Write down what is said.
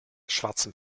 schwarzem